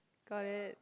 got it